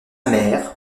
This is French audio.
mère